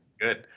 good